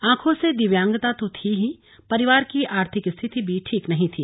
आंखों से दिव्यांगता तो थी ही परिवार की आर्थिक स्थिति भी ठीक नहीं थी